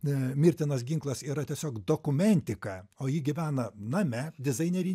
e mirtinas ginklas yra tiesiog dokumentika o ji gyvena name dizaineri